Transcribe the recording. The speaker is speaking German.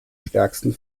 stärksten